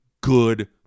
good